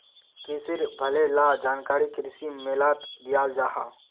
क्रिशिर भले ला जानकारी कृषि मेलात दियाल जाहा